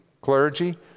clergy